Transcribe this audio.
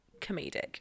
comedic